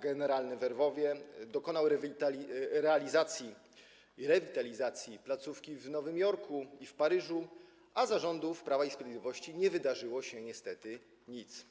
generalny we Lwowie, dokonał rewitalizacji placówek w Nowym Jorku i w Paryżu, a za rządów Prawa i Sprawiedliwości nie wydarzyło się niestety nic.